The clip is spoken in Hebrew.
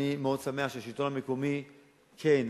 אני מאוד שמח שהשלטון המקומי כן,